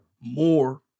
more